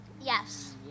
Yes